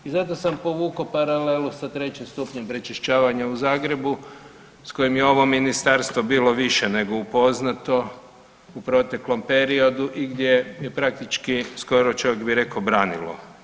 I zato sam povukao paralelu sa trećim stupnjem prečišćavanja u Zagrebu s kojim je ovo Ministarstvo bilo više nego upoznato u proteklom periodu i gdje je praktički skoro čovjek bi rekao branilo.